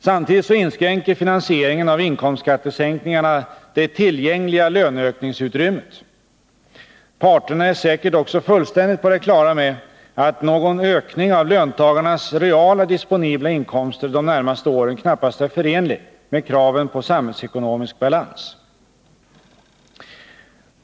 Samtidigt inskränker finansieringen av inkomstskattesänkningarna det tillgängliga löneökningsutrymmet. Parterna är säkert också fullständigt på det klara med att någon ökning av löntagarnas reala disponibla inkomster de närmaste åren kanppast är förenlig med kraven på samhällsekonomisk balans.